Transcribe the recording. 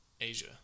Asia